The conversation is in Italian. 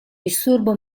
disturbo